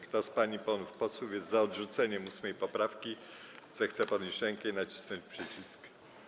Kto z pań i panów posłów jest za odrzuceniem 8. poprawki, zechce podnieść rękę i nacisnąć przycisk.